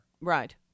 Right